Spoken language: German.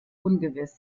ungewiss